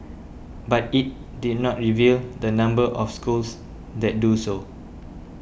but it did not reveal the number of schools that do so